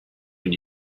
when